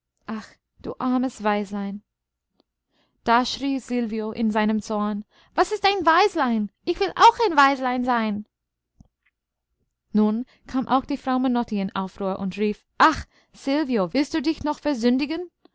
du armes waislein da schrie silvio in seinem zorn was ist ein waislein ich will auch ein waislein sein nun kam auch die frau menotti in aufruhr und rief ach silvio willst du dich noch versündigen